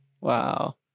Wow